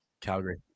Calgary